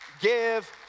give